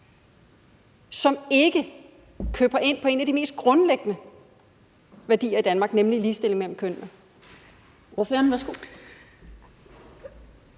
som ikke køber ind på en af de mest grundlæggende værdier i Danmark, nemlig ligestilling mellem kønnene.